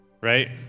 right